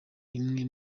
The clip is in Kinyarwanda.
rimwe